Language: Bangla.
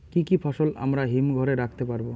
কি কি ফসল আমরা হিমঘর এ রাখতে পারব?